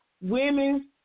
women